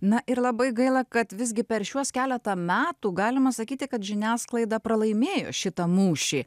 na ir labai gaila kad visgi per šiuos keletą metų galima sakyti kad žiniasklaida pralaimėjo šitą mūšį